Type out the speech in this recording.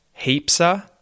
heapsa